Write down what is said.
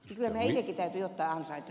kyllä meidänkin täytyy jotain ansaita